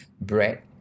bread